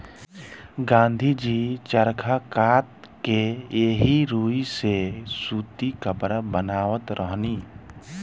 गाँधी जी चरखा कात के एही रुई से सूती कपड़ा बनावत रहनी